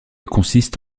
consiste